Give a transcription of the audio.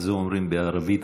על זה אומרים בערבית,